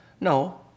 No